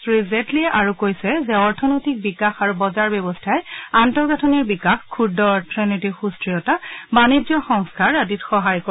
শ্ৰীজেট্লীয়ে আৰু কৈছে যে অৰ্থনৈতিক বিকাশ আৰু বজাৰ ব্যৱস্থাই আন্তঃগাঁথনিৰ বিকাশ ক্ষুদ্ৰ অৰ্থনৈতিক সুস্থিৰতা বাণিজ্যৰ সংস্কাৰ আদিত সহায় কৰে